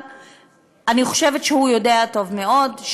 אני חושבת שהוא יודע טוב מאוד,